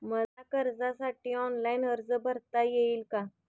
मला कर्जासाठी ऑनलाइन अर्ज भरता येईल का?